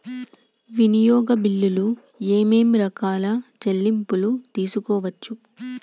వినియోగ బిల్లులు ఏమేం రకాల చెల్లింపులు తీసుకోవచ్చు?